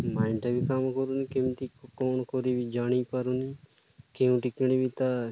ମାଇଣ୍ଡଟା ବି କାମ କରୁନି କେମିତି କ'ଣ କରିବି ଜାଣିପାରୁନି କେଉଁଠି କିଣିବି ତା'